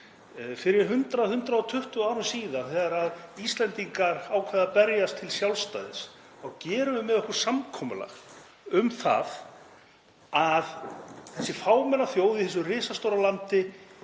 Fyrir 100–120 árum síðar þegar Íslendingar ákveða að berjast til sjálfstæðis þá gerum við með okkur samkomulag um að þessi fámenna þjóð í þessu risastóra landi